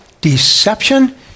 deception